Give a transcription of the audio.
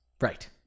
Right